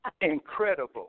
Incredible